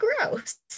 gross